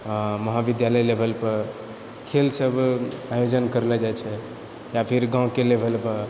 महाविद्यालय लेवल पर खेल सभ आयोजन करलो जाइत छै या फिर गाँवके लेवल पर